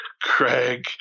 craig